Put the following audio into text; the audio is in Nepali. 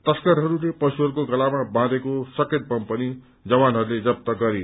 तस्करहरूले पशुहरूको गलामा बाँचेको सकेट बम पनि जवानहरूले जफ्त गरे